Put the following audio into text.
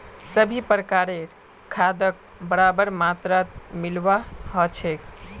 सभी प्रकारेर खादक बराबर मात्रात मिलव्वा ह छेक